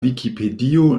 vikipedio